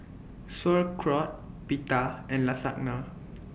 Sauerkraut Pita and Lasagna